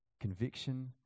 conviction